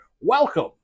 Welcome